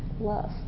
love